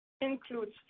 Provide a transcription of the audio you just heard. includes